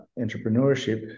entrepreneurship